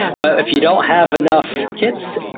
but if you don't have enough kits,